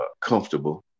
comfortable